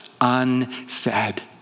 unsaid